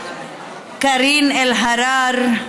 קארין אלהרר,